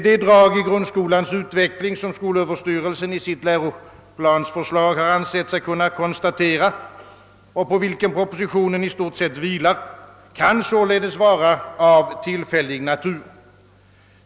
De drag i grundskolans utveckling, som skolöverstyrelsen i sitt läroplansförslag ansett sig kunna konstatera och på vilka propositionen i stort sett vilar, kan således vara av tillfällig natur.